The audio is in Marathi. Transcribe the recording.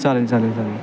चालेल चालेल चालेल